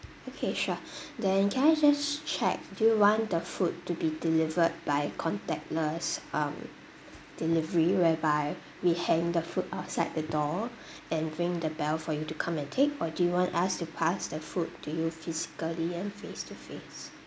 okay sure then can I just check do you want the food to be delivered by contactless um delivery whereby we hang the food outside the door and ring the bell for you to come and take or do you want us to pass the food to you physically and face to face